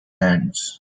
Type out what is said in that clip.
hands